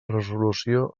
resolució